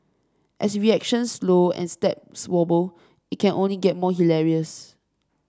as reactions slow and steps wobble it can only get more hilarious